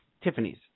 Tiffany's